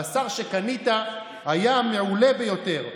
הבשר שקנית היה המעולה ביותר,